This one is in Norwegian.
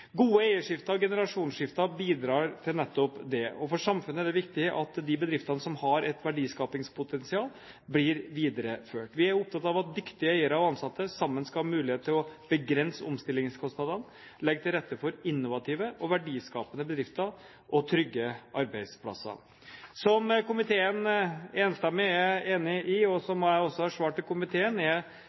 Gode eierskifter og generasjonsskifter bidrar til nettopp det. For samfunnet er det viktig at de bedriftene som har et verdiskapingspotensial, blir videreført. Vi er opptatt av at dyktige eiere og ansatte sammen skal ha mulighet til å begrense omstillingskostnadene og legge til rette for innovative og verdiskapende bedrifter og trygge arbeidsplasser. Som komiteen skriver – og som jeg også har svart til komiteen – er